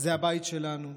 זה הבית שלנו.